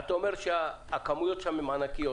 אתה אומר שהכמויות שם הן ענקיות,